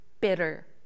bitter